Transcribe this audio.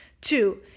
Two